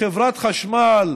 חברת החשמל,